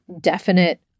definite